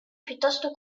piuttosto